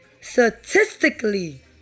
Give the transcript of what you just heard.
Statistically